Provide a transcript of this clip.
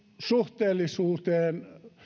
suhteellisuuteen